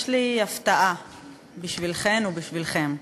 יש לי הפתעה בשבילכן ובשבילכם: